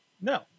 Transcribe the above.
No